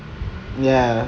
ya